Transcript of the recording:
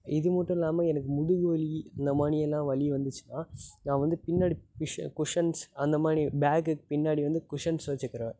இது மட்டுமில்லாம எனக்கு முதுகு வலி இந்த மாரியெல்லாம் வலி வந்துச்சுன்னா நான் வந்து பின்னாடி குஷ்ஷ குஷ்ஷன்ஸ் அந்த மாரி பேகுக்கு பின்னாடி வந்து குஷ்ஷன்ஸ் வெச்சுக்கிறவன்